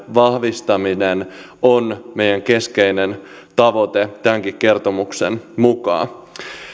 vahvistaminen on meidän keskeinen tavoitteemme tämänkin kertomuksen mukaan